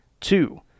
Two